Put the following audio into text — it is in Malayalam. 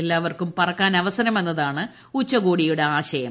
എല്ലാവർക്കും പറക്കാനവസരം എന്നതാണ് ഉച്ചകോടിയുടെ ആശയം